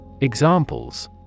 Examples